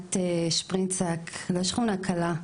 משכונת שפרינצק שהיא לא שכונה קלה,